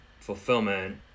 fulfillment